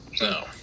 No